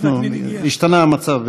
השתנה המצב בינתיים.